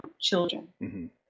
children